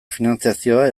finantzazioa